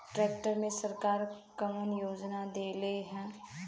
Tractor मे सरकार कवन योजना देले हैं?